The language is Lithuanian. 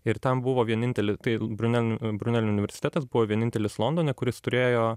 ir ten buvo vienintelė tai brunen brunelio universitetas buvo vienintelis londone kuris turėjo